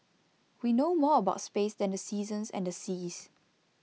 we know more about space than the seasons and the seas